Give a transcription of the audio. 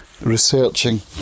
researching